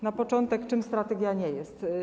Na początek: czym strategia nie jest.